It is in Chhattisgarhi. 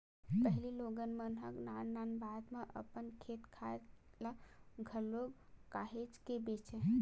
पहिली लोगन मन ह नान नान बात म अपन खेत खार ल घलो काहेच के बेंचय